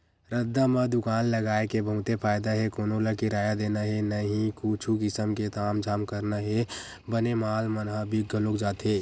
रद्दा म दुकान लगाय के बहुते फायदा हे कोनो ल किराया देना हे न ही कुछु किसम के तामझाम करना हे बने माल मन ह बिक घलोक जाथे